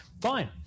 fine